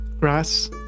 grass